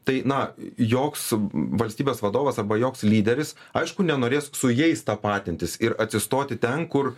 tai na joks valstybės vadovas arba joks lyderis aišku nenorės su jais tapatintis ir atsistoti ten kur